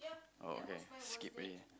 oh okay skip A